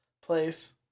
place